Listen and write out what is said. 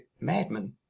madman